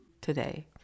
today